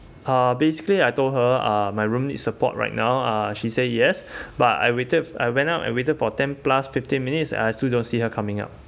uh basically I told her uh my room need support right now uh she say yes but I waited I went out and waited for ten plus fifteen minutes I still don't see her coming up